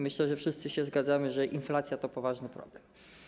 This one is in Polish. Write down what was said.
Myślę, że wszyscy się zgadzamy, że inflacja to poważny problem.